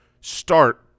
start